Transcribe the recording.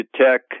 Tech